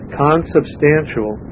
consubstantial